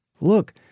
look